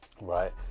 right